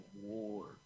war